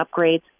upgrades